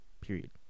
period